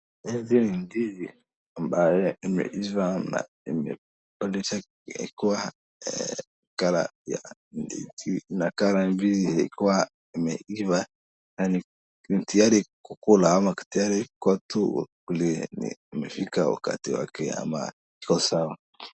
Hizi ni ndizi ambaye imeiva ama imekuwa colour ya ndizi, ina colour ya ndizi ikiwa imeiva na iko tayari kukula ama iko tayari watu wakule ama imefika wakati yake ama iko sawa.